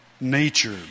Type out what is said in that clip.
nature